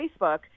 Facebook